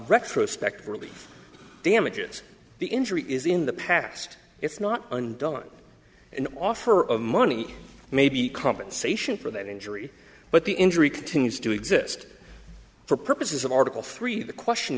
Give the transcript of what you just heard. retrospective relief damages the injury is in the past it's not undone an offer of money may be compensation for that injury but the injury continues to exist for purposes of article three the question